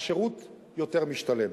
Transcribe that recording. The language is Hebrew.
השירות יותר משתלם.